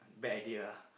bad idea